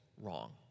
wrong